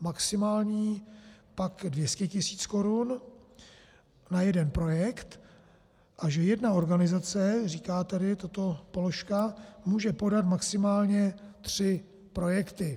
maximální pak 200 tisíc korun na jeden projekt, a že jedna organizace říká tedy tato položka může podat maximálně tři projekty.